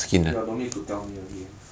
ya don't need to tell me again